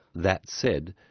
that said,